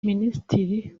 minisitiri